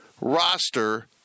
roster